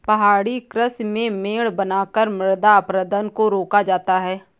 पहाड़ी कृषि में मेड़ बनाकर मृदा अपरदन को रोका जाता है